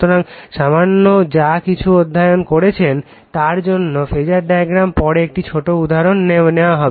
সুতরাং সামান্য যা কিছু অধ্যয়ন করেছেন তার জন্য ফেজার ডায়াগ্রাম পরে একটি ছোট উদাহরণ নেওয়া হবে